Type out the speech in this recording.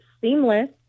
seamless